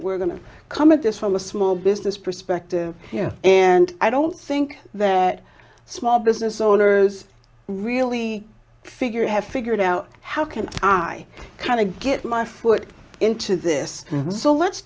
we're going to come at this from a small business perspective and i don't think that small business owners really figure have figured out how can i kind of get my foot into this so let's